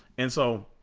and so